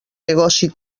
negoci